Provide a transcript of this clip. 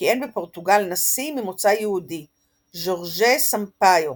כיהן בפורטוגל נשיא ממוצא יהודי – ז'ורז'ה סמפאיו.